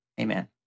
amen